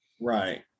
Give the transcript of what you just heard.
right